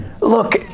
Look